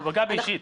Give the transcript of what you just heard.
הוא פגע בי אישית.